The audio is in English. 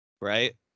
Right